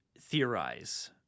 theorize –